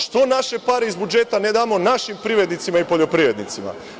Što naše pare iz budžeta ne damo našim privrednicima i poljoprivrednicima?